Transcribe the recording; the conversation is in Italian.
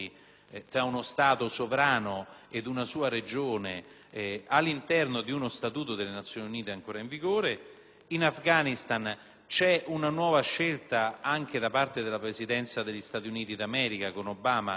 in Afghanistan c'è una nuova scelta, anche da parte della Presidenza degli Stati Uniti d'America con Obama, che non sarà indifferente rispetto alle scelte che noi dovremo fare anche in quel teatro e in Libano, come abbiamo visto,